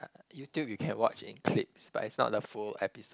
uh YouTube you can watch in clips but it's not the full episode